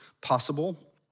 possible